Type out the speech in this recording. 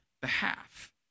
behalf